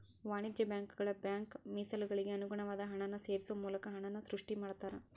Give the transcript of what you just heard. ವಾಣಿಜ್ಯ ಬ್ಯಾಂಕುಗಳ ಬ್ಯಾಂಕ್ ಮೇಸಲುಗಳಿಗೆ ಅನುಗುಣವಾದ ಹಣನ ಸೇರ್ಸೋ ಮೂಲಕ ಹಣನ ಸೃಷ್ಟಿ ಮಾಡ್ತಾರಾ